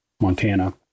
Montana